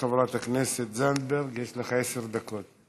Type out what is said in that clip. בבקשה, חברת הכנסת זנדברג, יש לך עשר דקות.